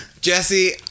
Jesse